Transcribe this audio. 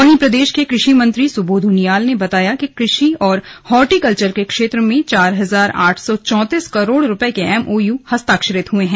वहीं प्रदेश के कृषि मंत्री सुबोध उनियाल ने बताया कि कृषि और हॉर्टीकल्चर के क्षेत्र में चार हजार आठ सौ चौतीस करोड़ का एम ओ यू साइन हुआ है